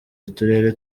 uturere